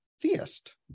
theist